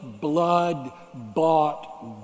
blood-bought